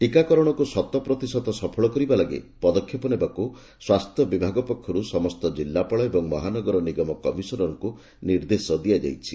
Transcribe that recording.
ଟିକାକରଶକୁ ଶତପ୍ରତିଶତ ସଫଳ କରିବା ଲାଗି ପଦକ୍ଷେପ ନେବାକୁ ସ୍ୱାସ୍ଥ୍ୟବିଭାଗ ପକ୍ଷରୁ ସମସ୍ତ ଜିଲ୍ଲାପାଳ ଏବଂ ମହାନଗର ନିଗମ କମିସନରକ୍ ନିର୍ଦ୍ଦେଶ ଦିଆଯାଇଛି